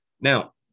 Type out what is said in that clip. Now